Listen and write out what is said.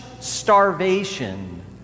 starvation